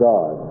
God